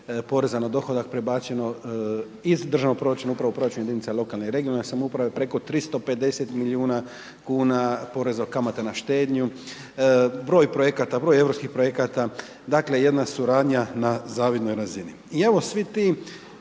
poreza na dohodak prebačeno iz državnog proračuna upravo u proračun jedinica lokalne i regionalne samouprave, preko 350 milijuna kuna poreza, kamata na štednju, broj projekata, broj europskih projekata, dakle, jedna suradnja na zavidnoj razini. I evo, svi ti